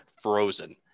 frozen